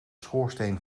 schoorsteen